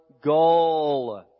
goal